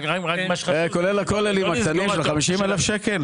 כולל הכוללים של ה- 50 אלף שקל,